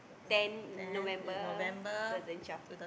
ten November two thousand twelve